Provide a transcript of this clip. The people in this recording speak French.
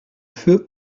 feu